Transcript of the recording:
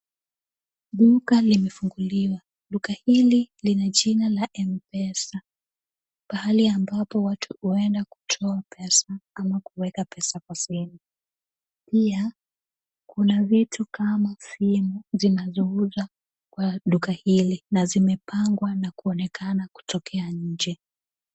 Duka limefunguliwa. Duka hili lina jina la M-Pesa, pahali ambapo watu huenda kutoa pesa ama kuweka pesa kwa simu. Pia kuna vitu kama simu zinazouzwa kwa duka hili na zimepangwa na kuonekana kutokea nje.